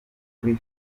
kuri